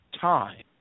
time